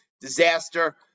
disaster